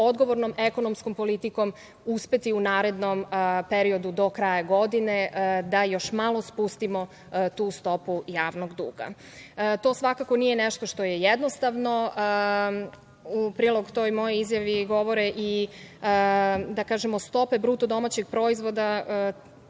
odgovornom ekonomskom politikom uspeti u narednom periodu do kraja godine da još malo spustimo tu stopu javnog duga. To svakako nije nešto što je jednostavno. U prilog toj mojoj izjavi govore i stope bruto domaćeg proizvoda